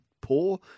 poor